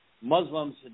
Muslims